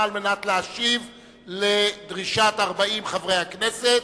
על מנת להשיב לפי דרישת 40 חברי הכנסת,